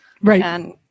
Right